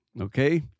Okay